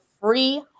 free